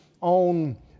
on